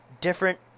different